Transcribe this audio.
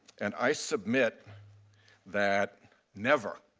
and i submit that never,